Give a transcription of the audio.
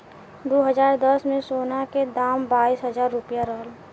दू हज़ार दस में, सोना के दाम बाईस हजार रुपिया रहल